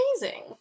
amazing